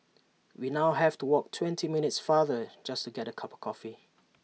we now have to walk twenty minutes farther just to get A cup of coffee